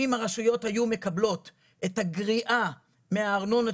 אם הרשויות היו מקבלות את הגריעה מהארנונות